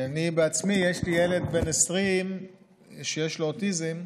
אני בעצמי, יש לי ילד בן 20 שיש לו אוטיזם,